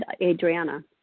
Adriana